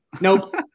Nope